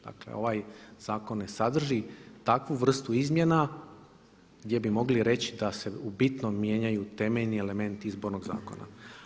Dakle ovaj zakon ne sadrži takvu vrstu izmjena gdje bi mogli reći da se u bitno mijenjaju temeljni elementi izbornog zakona.